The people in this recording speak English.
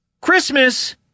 Christmas